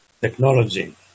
technology